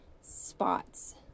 spots